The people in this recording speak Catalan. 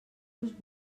los